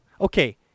Okay